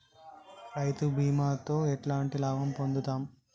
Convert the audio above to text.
రైతు బీమాతో ఎట్లాంటి లాభం పొందుతం?